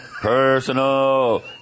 personal